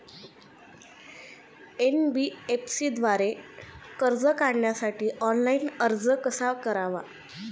NBFC द्वारे कर्ज काढण्यासाठी ऑनलाइन अर्ज कसा करावा?